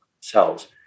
cells